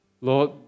Lord